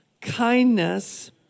kindness